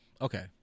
Okay